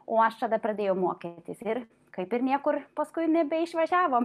o aš tada pradėjau mokytis ir kaip ir niekur paskui nebeišvažiavom